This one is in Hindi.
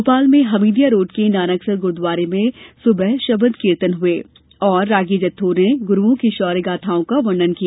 भोपाल में हमीदिया रोड के नानकसर गुरूद्वारा में सुबह शबद कीर्तन हुए और रागी जत्थों ने गुरूओं की शौर्य गाथाओं का वर्णन किया